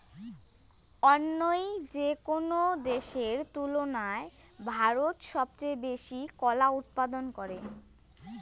অইন্য যেকোনো দেশের তুলনায় ভারত সবচেয়ে বেশি কলা উৎপাদন করে